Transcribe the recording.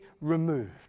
removed